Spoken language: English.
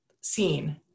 seen